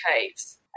Caves